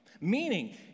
meaning